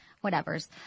Whatever's